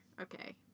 Okay